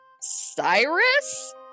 cyrus